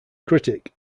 critic